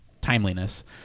timeliness